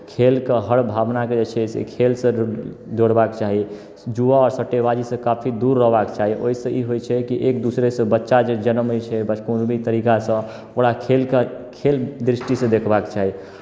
खेलके हर भावनाकेँ जे छै से खेलसँ जोड़बाक चाही जुआ आओर सट्टेबाजीसँ काफी दूर रहबाक चाही ओहिसँ ई होइ छै कि एक दूसरेसँ बच्चा जे जन्मैत छै बस कोनो भी तरीकासँ ओकरा खेलक खेल दृष्टिसँ देखबाक चाही